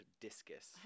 discus